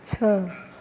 छै